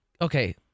okay